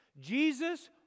Jesus